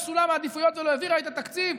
סולם העדיפויות ולא העבירה את התקציב.